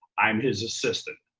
i'm his assistant.